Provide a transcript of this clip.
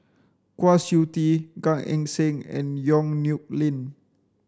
Kwa Siew Tee Gan Eng Seng and Yong Nyuk Lin